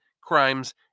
crimes